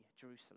Jerusalem